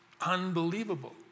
unbelievable